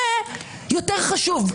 זה יותר חשוב.